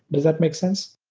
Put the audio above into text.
does that make sense?